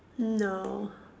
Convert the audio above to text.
no